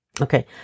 Okay